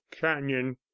canyon